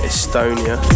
Estonia